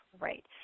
right